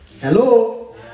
Hello